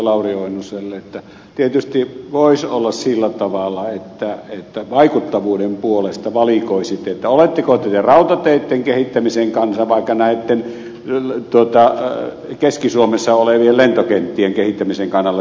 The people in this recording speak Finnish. lauri oinoselle että tietysti voisi olla sillä tavalla että vaikuttavuuden puolesta valikoisitte oletteko te rautateitten kehittämisen kannalla vai keski suomessa olevien lentokenttien kehittämisen kannalla